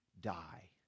die